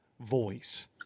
voice